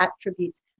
attributes